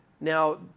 Now